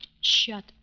shut